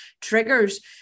triggers